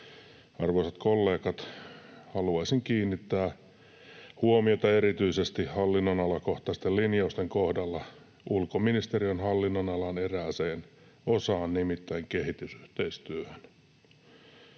Arvoisat kollegat, haluaisin kiinnittää huomiota erityisesti hallinnonalakohtaisten lin-jausten kohdalla ulkoministeriön hallinnonalan erääseen osaan, nimittäin kehitysyhteistyöhön.